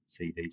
CDs